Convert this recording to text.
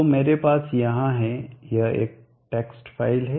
तो मेरे पास यहां है यह एक टेक्स्ट फ़ाइल है